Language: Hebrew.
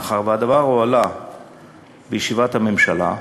מאחר שהדבר הועלה בישיבת הממשלה,